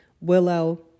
Willow